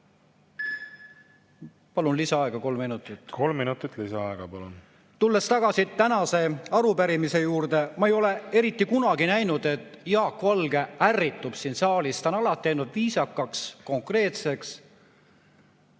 Palun lisaaega kolm minutit. Kolm minutit lisaaega, palun! Tulen tagasi tänase arupärimise juurde. Ma ei ole eriti kunagi näinud, et Jaak Valge ärrituks siin saalis. Ta on alati jäänud viisakaks ja konkreetseks.